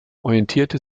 orientierte